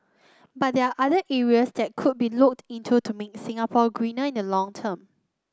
but there are other areas that could be looked into to make Singapore greener in the long term